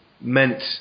meant